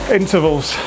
intervals